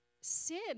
sin